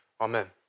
Amen